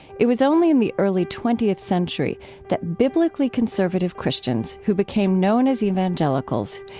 it was only in the early twentieth century that biblically conservative christians, who became known as evangelicals,